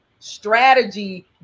strategy